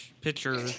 pitcher